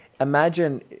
imagine